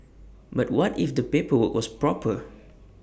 but what if the paperwork was proper